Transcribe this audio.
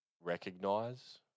recognize